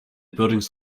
buildings